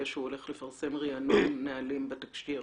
שהוא הולך לפרסם ריענון נהלים בתקש"יר